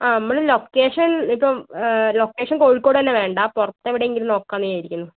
ആ നമ്മൾ ലൊക്കേഷൻ ഇപ്പം ലൊക്കേഷൻ കോഴിക്കോട് തന്നെ വേണ്ട പുറത്ത് എവിടെയെങ്കിലും നോക്കാമെന്ന് വിചാരിക്കുന്നു